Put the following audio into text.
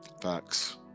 Facts